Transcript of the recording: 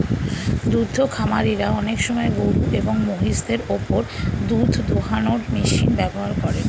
দুদ্ধ খামারিরা অনেক সময় গরুএবং মহিষদের ওপর দুধ দোহানোর মেশিন ব্যবহার করেন